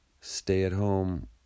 stay-at-home